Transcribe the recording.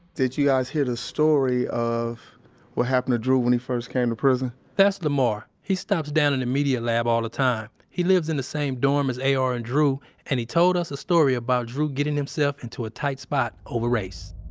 did you guys hear the story of what happened to drew when he first came to prison? that's lemar. he stops down in the media lab all the time. he lives in the same dorm as ar and drew and he told us a story about drew getting himself into a tight spot over race.